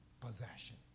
possession